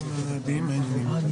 חברותיי וחבריי, תודה ויום טוב.